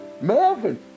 Melvin